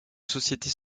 sociétés